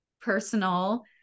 personal